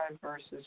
verses